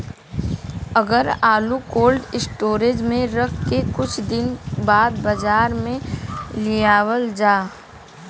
अगर आलू cold storage में रख के कुछ दिन बाद बाजार में लियावल जा?